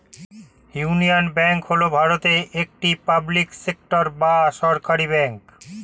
union bank হল ভারতের একটি পাবলিক সেক্টর বা সরকারি ব্যাঙ্ক